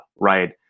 right